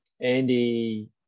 Andy